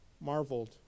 marveled